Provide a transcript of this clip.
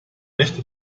nicht